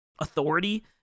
authority